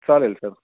चालेल सर